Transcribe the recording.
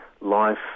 life